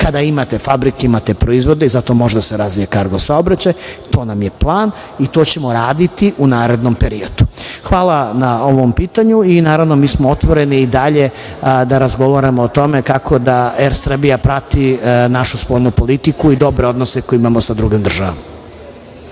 Kada imate fabrike imate i proizvode i zato može da se razvija kargo saobraćaj. To nam je plan i to ćemo raditi u narednom periodu. Hvala na ovom pitanju i naravno mi smo otvoreni i dalje da razgovaramo o tome kako da „Er Srbija“ prati našu spoljnu politiku i dobre odnose koje imamo sa drugim državama.